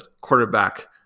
quarterback